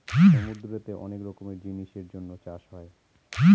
সমুদ্রতে অনেক রকমের জিনিসের জন্য চাষ হয়